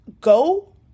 Go